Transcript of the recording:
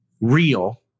real